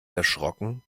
erschrocken